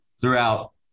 throughout